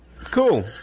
Cool